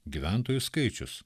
gyventojų skaičius